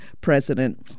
president